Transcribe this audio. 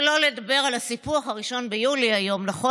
שלא לדבר על הסיפוח: 1 ביולי היום, נכון?